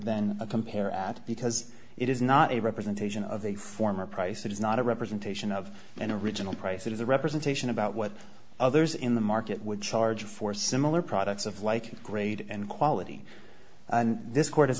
a compare at because it is not a representation of a former price it is not a representation of an original price it is a representation about what others in the market would charge for similar products of like grade and quality and this court